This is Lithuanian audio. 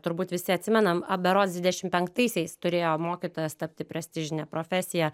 turbūt visi atsimenam a berods dvidešim penktaisiais turėjo mokytojas tapti prestižine profesija